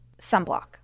sunblock